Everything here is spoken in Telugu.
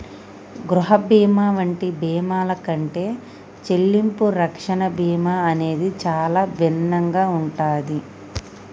గృహ బీమా వంటి బీమాల కంటే చెల్లింపు రక్షణ బీమా అనేది చానా భిన్నంగా ఉంటాది